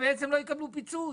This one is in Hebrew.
והם בעצם לא יקבלו פיצוי.